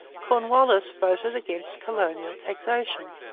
cornwallis voted against colonial taxation.